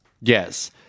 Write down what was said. yes